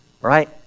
right